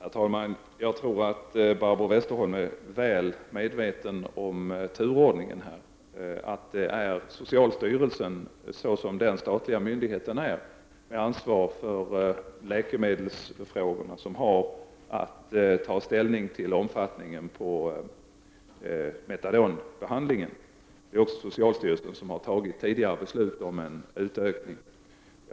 Herr talman! Jag tror att Barbro Westerholm är väl medveten om den turordning som gäller, nämligen att det är socialstyrelsen, den statliga myndigheten med ansvar för läkemedelsfrågorna, som har att ta ställning till omfattningen på metadonbehandlingen. Det är också socialstyrelsen som tidigare har fattat beslut om en utökning av programmet.